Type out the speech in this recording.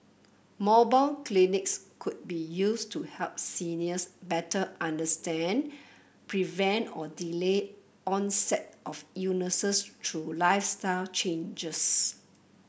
mobile clinics could be used to help seniors better understand prevent or delay onset of illnesses through lifestyle changes